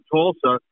Tulsa